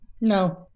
No